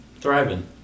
thriving